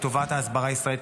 לטובת ההסברה הישראלית,